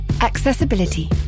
accessibility